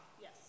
Yes